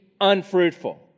unfruitful